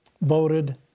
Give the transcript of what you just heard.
voted